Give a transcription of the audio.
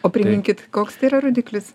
o priminkit koks tai yra rodiklis